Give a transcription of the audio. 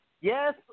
yes